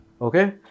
Okay